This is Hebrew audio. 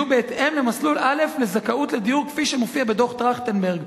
יהיו בהתאם למסלול א' לזכאות לדיור כפי שמופיע בדוח-טרכטנברג".